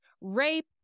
Rape